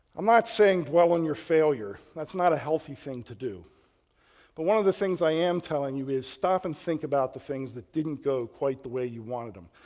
i'm not saying dwell on your failure that's not a healthy thing to do but one of the things i am telling you is stop and think about the things that didn't go quite the way you wanted them.